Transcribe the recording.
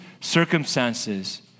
circumstances